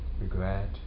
regret